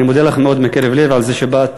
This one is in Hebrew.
אני מודה לך מאוד מקרב לב על זה שבאת